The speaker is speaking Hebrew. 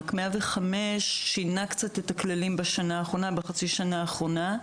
רק ש-105 שינה קצת את הכללים בחצי השנה האחרונה,